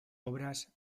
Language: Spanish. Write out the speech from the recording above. obras